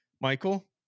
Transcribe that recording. Michael